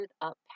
up